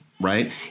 Right